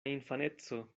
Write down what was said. infaneco